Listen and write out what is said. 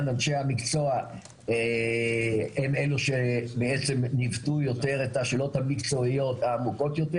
אנשי המקצוע הם אלה שניווטו יותר את השאלות המקצועיות העמוקות יותר,